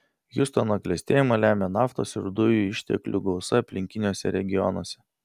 hjustono klestėjimą lemia naftos ir dujų išteklių gausa aplinkiniuose regionuose